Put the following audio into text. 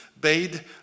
bade